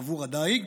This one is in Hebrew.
עבור הדיג.